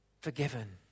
forgiven